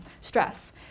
stress